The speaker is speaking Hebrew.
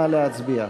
נא להצביע.